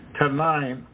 tonight